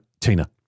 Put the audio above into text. Tina